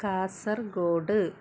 Kasaragod